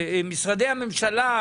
שמשרדי הממשלה,